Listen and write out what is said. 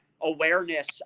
awareness